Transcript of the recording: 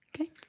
Okay